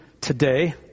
today